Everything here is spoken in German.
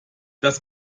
das